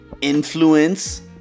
influence